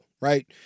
right